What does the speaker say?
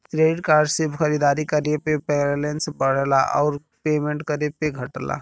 credit card से खरीदारी करे पे बैलेंस बढ़ला आउर पेमेंट करे पे घटला